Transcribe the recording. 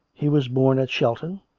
he was born at shelton,